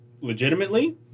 legitimately